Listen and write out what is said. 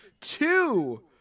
two